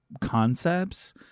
concepts